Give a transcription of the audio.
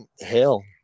hell